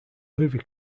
movie